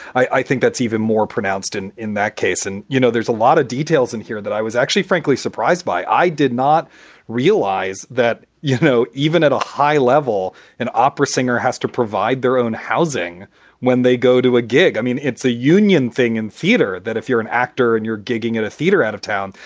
i i think that's even more pronounced. and in that case and you know, there's a lot of details in here that i was actually frankly surprised by. i did not realize that, you know, even at a high level, an opera singer has to provide their own housing when they go to a gig. i mean, it's a union thing in theater that if you're an actor and you're gigging in a theater out of town,